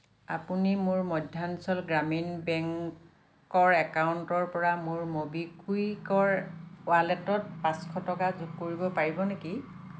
আপুনি মোৰ মধ্যাঞ্চল গ্ৰামীণ বেংকৰ একাউণ্টৰ পৰা মোৰ ম'বিকুইকৰ ৱালেটত পাঁচশ টকা যোগ কৰিব পাৰিব নেকি